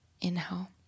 Inhale